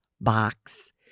box